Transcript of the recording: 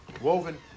woven